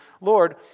Lord